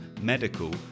medical